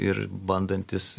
ir bandantis